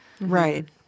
Right